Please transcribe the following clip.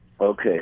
Okay